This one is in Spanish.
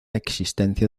existencia